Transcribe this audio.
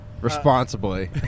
responsibly